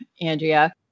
andrea